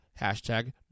hashtag